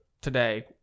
today